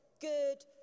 good